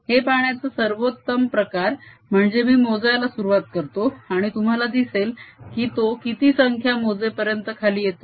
हे पाहण्याचा सर्वोत्तम प्रकार म्हणजे मी मोजायला सुरुवात करतो आणि तुम्हाला दिसेल की तो किती संख्या मोजेपर्यंत खाली येतो